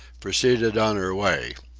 proceeded on her way.